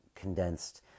condensed